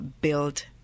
build